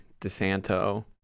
DeSanto